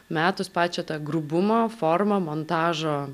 metus pačią tą grubumo formą montažo